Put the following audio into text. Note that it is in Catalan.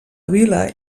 vila